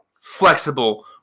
flexible